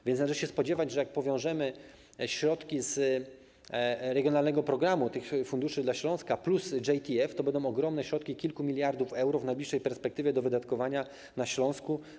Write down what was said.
A więc należy się spodziewać, że jak powiążemy środki z regionalnego programu, tych funduszy dla Śląska plus JTF, to będą to ogromne środki, kilka miliardów euro w najbliższej perspektywie do wydatkowania na Śląsku.